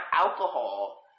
alcohol